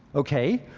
ok?